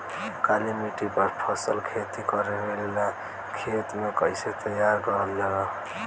काली मिट्टी पर फसल खेती करेला खेत के कइसे तैयार करल जाला?